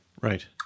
Right